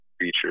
feature